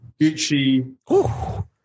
gucci